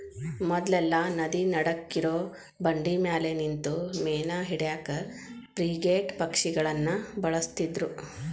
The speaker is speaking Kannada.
ಮೊದ್ಲೆಲ್ಲಾ ನದಿ ನಡಕ್ಕಿರೋ ಬಂಡಿಮ್ಯಾಲೆ ನಿಂತು ಮೇನಾ ಹಿಡ್ಯಾಕ ಫ್ರಿಗೇಟ್ ಪಕ್ಷಿಗಳನ್ನ ಬಳಸ್ತಿದ್ರು